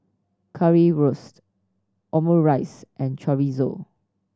Currywurst Omurice and Chorizo